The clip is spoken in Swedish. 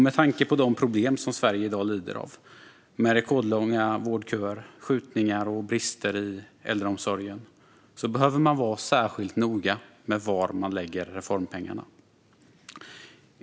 Med tanke på de problem som Sverige i dag lider av med rekordlånga vårdköer, skjutningar och brister i äldreomsorgen behöver man vara särskilt noga med var man lägger reformpengarna.